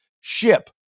ship